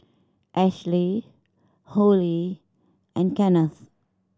Ashley Hollie and Kenneth